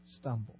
stumble